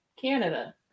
Canada